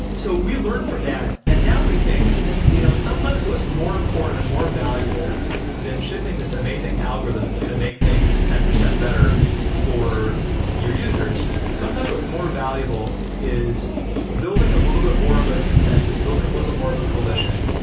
so we learned from that and now we think you know sometimes what's more important and more valuable than shipping this amazing algorithm that's going to make things ten percent better for your users, sometimes what's more valuable is building a little bit more of a consensus. building a little but more of a coalition.